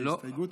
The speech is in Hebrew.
בהסתייגות.